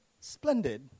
Splendid